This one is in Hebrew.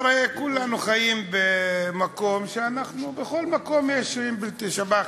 הרי כולנו חיים במקום שבכל מקום יש שב"חים,